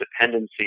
dependency